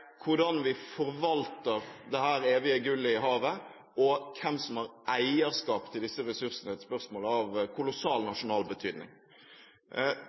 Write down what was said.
hvordan vi forvalter dette evige gullet i havet, og hvem som har eierskap til disse ressursene, er spørsmål av kolossal nasjonal betydning.